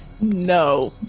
no